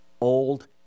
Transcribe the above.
Old